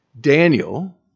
Daniel